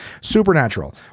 supernatural